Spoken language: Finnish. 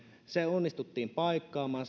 onnistuttiin paikkaamaan